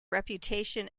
reputation